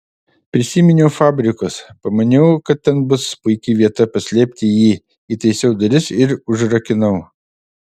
prisiminiau fabrikus pamaniau kad ten bus puiki vieta paslėpti jį įtaisiau duris ir užrakinau